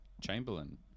Chamberlain